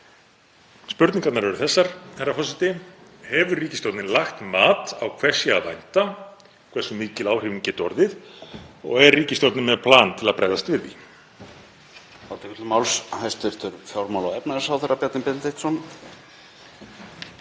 Spurningarnar eru þessar, herra forseti: Hefur ríkisstjórnin lagt mat á hvers sé að vænta, hversu mikil áhrif geti orðið og er ríkisstjórnin með plan til að bregðast við því?